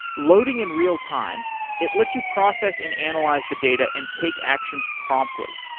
loading in real-time, it lets you process and analyze the data and take actions promptly.